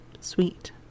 sweet